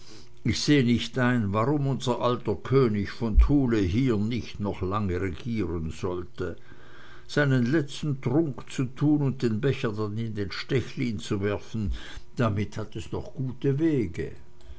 ich seh nicht ein warum unser alter könig von thule hier nicht noch lange regieren sollte seinen letzten trunk zu tun und den becher dann in den stechlin zu werfen damit hat es noch gute wege